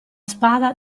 spada